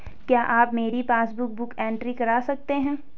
क्या आप मेरी पासबुक बुक एंट्री कर सकते हैं?